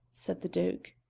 said the duke.